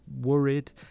worried